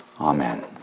Amen